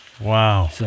Wow